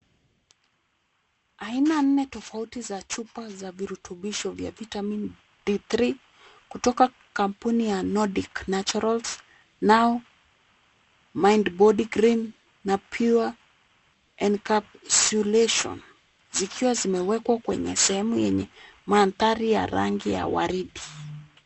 Aina nne tofauti za chupa za virutubisho vya vitamin D3 kutoka kwa kampuni ya Nordic Naturals now mind body cream na pure encasulation , zikiwa zimewekwa kwenye sehemu yenye mandhari ya rangi ya waridi.